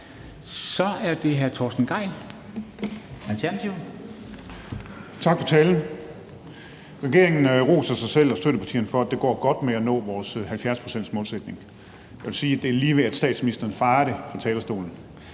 Kl. 10:18 Torsten Gejl (ALT): Tak for talen. Regeringen roser sig selv og støttepartierne for, at det går godt med at nå vores 70-procentsmålsætning. Jeg vil sige, at det er lige ved, at statsministeren fejrer det på talerstolen.